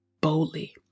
boldly